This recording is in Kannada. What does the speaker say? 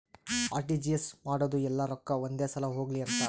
ಅರ್.ಟಿ.ಜಿ.ಎಸ್ ಮಾಡೋದು ಯೆಲ್ಲ ರೊಕ್ಕ ಒಂದೆ ಸಲ ಹೊಗ್ಲಿ ಅಂತ